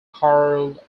karl